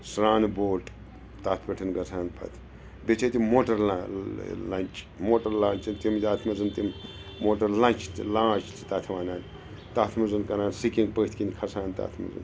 سرٛانہٕ بوٹ تَتھ پٮ۪ٹھ گژھان پَتہٕ بیٚیہِ چھِ ییٚتہِ موٹَر لا لَنٛچ موٹَر لانٛچَن تِم یَتھ منٛز تِم موٹَر لَنٛچ تہِ لانٛچ تہِ چھِ تَتھ وَنان تَتھ منٛز کَران سِکِنٛگ پٔتھۍ کِنۍ کھَسان تَتھ منٛز